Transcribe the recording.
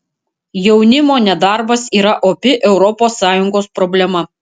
jaunimo nedarbas yra opi europos sąjungos problema